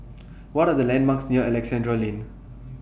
What Are The landmarks near Alexandra Lane